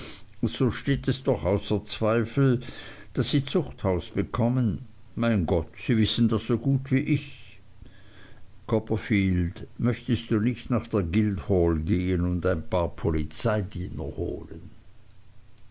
so steht es doch außer zweifel daß sie zuchthaus bekommen mein gott sie wissen das so gut wie ich copperfield möchtest du nicht nach der guildhall gehen und ein paar polizeidiener holen